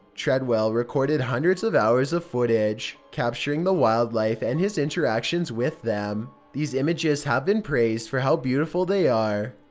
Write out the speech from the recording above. treadwell recorded hundreds of hours of footage, capturing the wildlife and his interactions with them. these images have been praised for how beautiful they are,